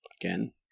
Again